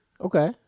Okay